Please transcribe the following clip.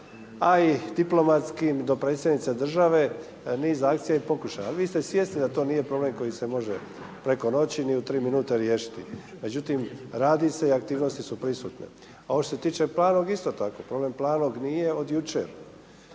a i diplomatskim i dopredsjednica države niz akcija i postupaka. Vi ste svjesni da to nije problem koji se može preko noći ni u tri minute riješiti. Međutim, radi se i aktivnosti su prisutne. A ovo što se tiče Planog, isto tako problem Planog nije od jučer.